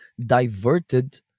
diverted